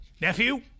Nephew